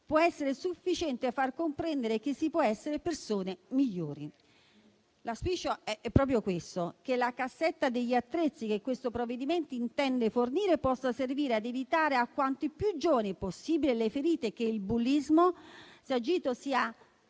può essere sufficiente far comprendere che si può essere persone migliori. L'auspicio è proprio che la cassetta degli attrezzi che questo provvedimento intende fornire possa servire ad evitare a quanti più giovani possibile le ferite che del bullismo, sia agito, sia